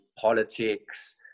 politics